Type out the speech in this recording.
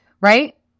right